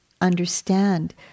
understand